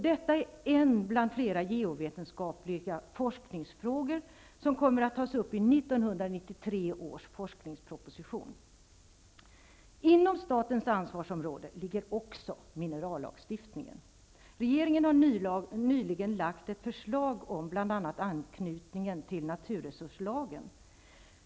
Detta är en bland flera geovetenskapliga forskningsfrågor som kommer att tas upp i 1993 Inom statens ansvarsområde ligger också minerallagstiftningen. Regeringen har nyligen lagt fram ett förslag om bl.a. anknytningen till naturresurslagen.